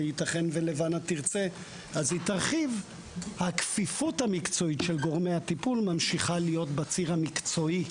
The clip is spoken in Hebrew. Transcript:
מקצועית הכפיפות המקצועית של גורמי הטיפול ממשיכה להיות בציר המקצועי,